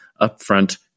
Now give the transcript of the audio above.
upfront